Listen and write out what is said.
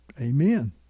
Amen